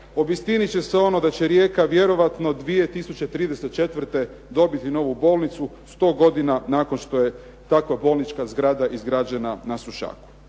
obistinit će se ono da će Rijeka vjerojatno 2034. dobiti novu bolnicu, 100 godina nakon što je takva bolnička zgrada izgrađena na Sušaku.